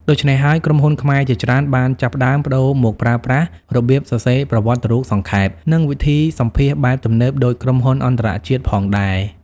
ដូច្នេះហើយ ក្រុមហ៊ុនខ្មែរជាច្រើនបានចាប់ផ្ដើមប្ដូរមកប្រើប្រាស់របៀបសរសេរប្រវត្តិរូបសង្ខេប និងវិធីសម្ភាសន៍បែបទំនើបដូចក្រុមហ៊ុនអន្តរជាតិផងដែរ។